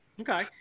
okay